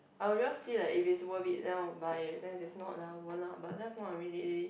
I'll just see like if it's worth it then I'll buy but if it's not then I won't lah but that's not really